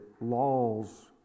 laws